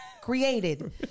created